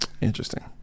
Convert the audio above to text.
Interesting